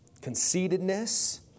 Conceitedness